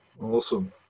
awesome